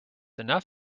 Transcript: enough